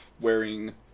wearing